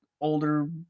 older